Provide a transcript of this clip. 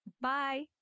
Bye